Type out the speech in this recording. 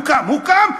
הוא קם,